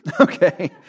Okay